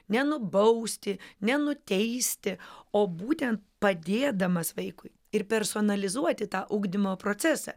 nenubausti nenuteisti o būtent padėdamas vaikui ir personalizuoti tą ugdymo procesą